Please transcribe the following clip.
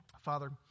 Father